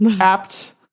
apt